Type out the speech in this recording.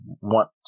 want